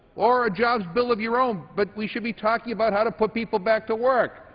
or a jobs bill of your own. but we should be talking about how to put people back to work.